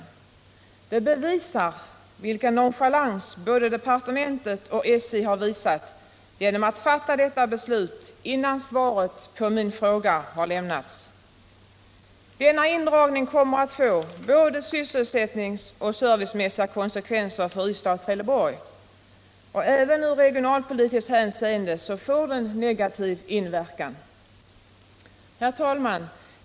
Det Nr 24 bevisar vilken nonchalans både departementet och SJ visat genom att fatta detta beslut innan svaret på min fråga hade lämnats. Denna indragning kommer att få både sysselsättningsoch servicemässiga kon= I sekvenser för Ystad och Trelleborg. Även i regionalpolitiskt hänseende Om persontrafiken får den negativ inverkan. på järnvägssträckan Herr talman!